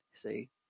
see